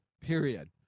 period